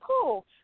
cool